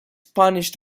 punished